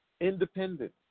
Independent